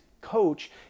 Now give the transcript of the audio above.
coach